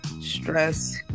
stress